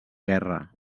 guerra